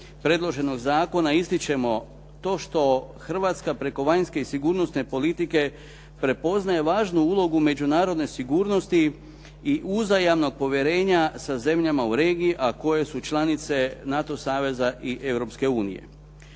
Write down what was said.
predloženog zakona ističemo to što Hrvatska preko vanjske i sigurnosne politike prepoznaje važnu ulogu međunarodne sigurnosti i uzajamnog povjerenja sa zemljama u regiji a koje su članice NATO saveza i